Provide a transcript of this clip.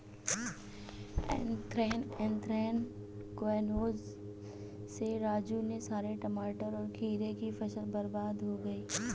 anthracnose से राजू के सारे टमाटर और खीरे की फसल बर्बाद हो गई